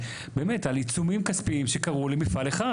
הרבה על עיצומים כספיים שקרו למפעל אחד.